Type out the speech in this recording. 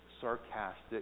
sarcastic